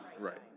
Right